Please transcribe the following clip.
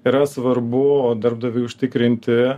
yra svarbu darbdaviui užtikrinti